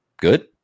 good